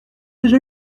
déjà